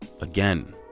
again